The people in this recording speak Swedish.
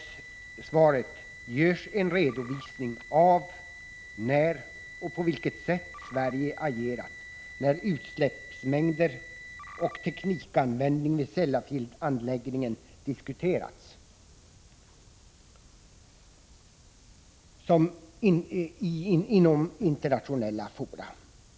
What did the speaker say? I svaret ges en redovisning av när och på vilket sätt Sverige har agerat när utsläppsmängder och teknikanvändning vid Sellafield-anläggningen diskuterats inom internationella fora.